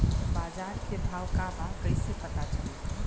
बाजार के भाव का बा कईसे पता चली?